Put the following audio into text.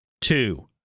two